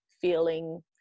feeling